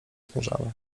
zmierzamy